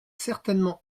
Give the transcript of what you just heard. certainement